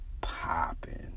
popping